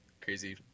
crazy